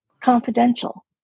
confidential